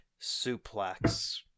Suplex